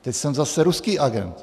Teď jsem zase ruský agent.